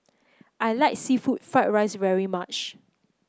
I like seafood Fried Rice very much